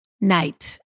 night